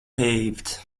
paved